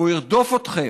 והוא ירדוף אתכם,